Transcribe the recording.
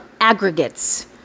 aggregates